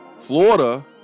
Florida